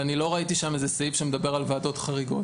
ואני לא ראיתי שם איזה סעיף שמדבר על ועדות חריגות.